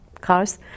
cars